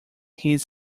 his